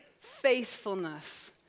faithfulness